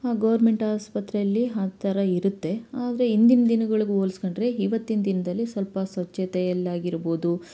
government ಆಸ್ಪತ್ರೆಯಲ್ಲಿ ಆ ಥರ ಇರುತ್ತೆ ಆದಅರೆ ಹಿಂದಿನ ದಿನಗಳಿಗೆ ಹೋಲ್ಸಿಕೊಂಡ್ರೆ ಇವತ್ತಿನ ದಿನದಲ್ಲಿ ಸ್ವಲ್ಪ ಸ್ವಚ್ಛತೆಯಲ್ಲಾಗಿರ್ಬೋದು